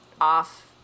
off